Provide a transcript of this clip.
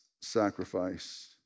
sacrifice